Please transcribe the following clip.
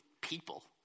people